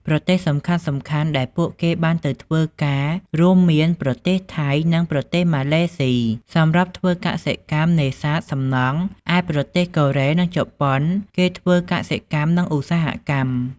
ប្រទេសសំខាន់ៗដែលពួកគាត់បានទៅធ្វើការរួមមានប្រទេសថៃ និងប្រទេសម៉ាឡេសុី សម្រាប់ធ្វើកសិកម្ម នេសាទ សំណង់ ឯប្រទេសកូរ៉េ នឹងជប៉ុនគេធ្វើ កសិកម្ម ឧស្សាហកម្ម ។